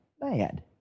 Bad